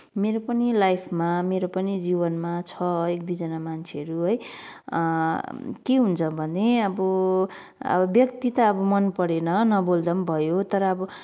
मेरो पनि लाइफमा मेरो पनि जीवनमा छ एक दुईजना मान्छेहरू है के हुन्छ भने अब अब व्यक्ति त अब मन परेन नबोल्दा पनि भयो तर अब